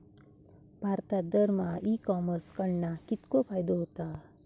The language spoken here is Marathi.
भारतात दरमहा ई कॉमर्स कडणा कितको फायदो होता?